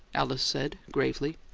alice said, gravely.